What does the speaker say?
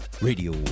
radio